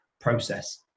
process